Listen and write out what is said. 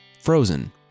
Frozen